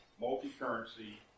multi-currency